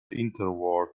interwar